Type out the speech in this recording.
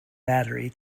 battery